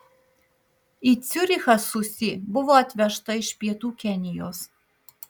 į ciurichą susi buvo atvežta iš pietų kenijos